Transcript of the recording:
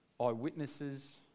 Eyewitnesses